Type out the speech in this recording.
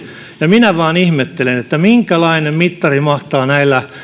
ja minä vain ihmettelen minkälainen mittari mahtaa näillä